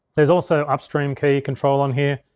there's also upstream key control on here,